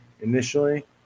initially